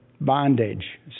bondage